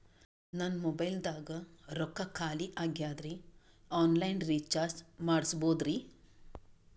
ನನ್ನ ಮೊಬೈಲದಾಗ ರೊಕ್ಕ ಖಾಲಿ ಆಗ್ಯದ್ರಿ ಆನ್ ಲೈನ್ ರೀಚಾರ್ಜ್ ಮಾಡಸ್ಬೋದ್ರಿ?